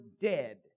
dead